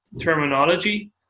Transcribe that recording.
terminology